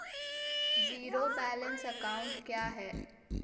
Zero balance account क्या है?